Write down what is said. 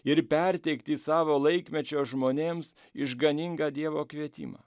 ir perteikti savo laikmečio žmonėms išganingą dievo kvietimą